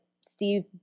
steve